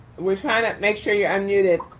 we're trying to make sure you're unmuted,